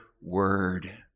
word